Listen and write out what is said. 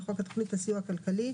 לחוק התכנית לסיוע כלכלי,